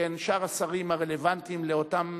שכן שאר השרים הרלוונטיים לאותן